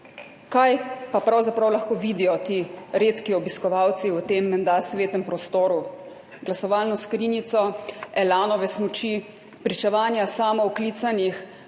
Kaj pa pravzaprav lahko vidijo ti redki obiskovalci v tem menda svetem prostoru? Glasovalno skrinjico, Elanove smuči, pričevanja samooklicanih